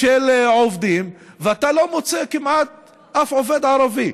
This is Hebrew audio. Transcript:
של עובדים, ואתה לא מוצא כמעט אף עובד ערבי,